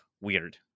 weird